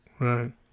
Right